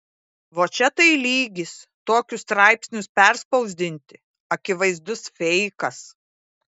vo čia tai lygis tokius straipsnius perspausdinti akivaizdus feikas